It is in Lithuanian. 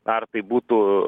ar tai būtų